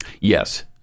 yes